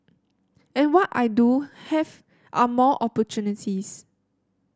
and what I do have are more opportunities